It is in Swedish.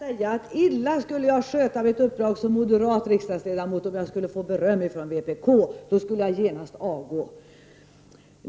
Herr talman! Till Jan-Olof Ragnarsson vill jag säga att illa skulle jag sköta mitt uppdrag som moderat ledamot om jag skulle få beröm av vpk. Då skulle jag genast avgå.